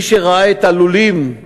מי שראה את הלולים,